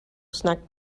snagged